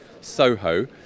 Soho